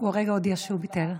כרגע הודיע שהוא ביטל.